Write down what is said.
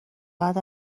بعد